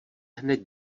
hned